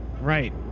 right